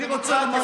אולי.